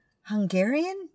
Hungarian